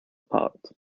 part